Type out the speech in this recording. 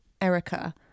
erica